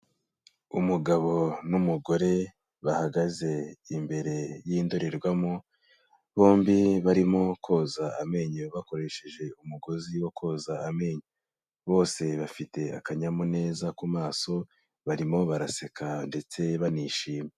Umugabo n'umugore bahagaze imbere y'indorerwamo, bombi barimo koza amenyo bakoresheje umugozi wo koza amenyo, bose bafite akanyamuneza ku maso, barimo baraseka ndetse banishimye.